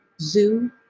Zoo